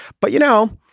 but you know,